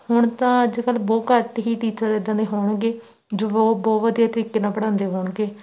ਹੁਣ ਤਾਂ ਅੱਜ ਕੱਲ੍ਹ ਬਹੁਤ ਘੱਟ ਹੀ ਟੀਚਰ ਇੱਦਾਂ ਦੇ ਹੋਣਗੇ ਜੋ ਬਹੁ ਬਹੁਤ ਵਧੀਆ ਤਰੀਕੇ ਨਾਲ ਪੜ੍ਹਾਉਂਦੇ ਹੋਣਗੇ